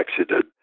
accident